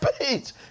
page